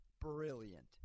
Brilliant